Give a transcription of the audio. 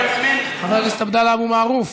חבר הכנסת טלב אבו ערר,